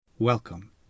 Welcome